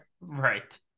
Right